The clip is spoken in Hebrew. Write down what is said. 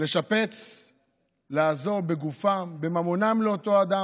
לשפץ ולעזור בגופם, בממונם, לאותו אדם,